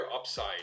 upside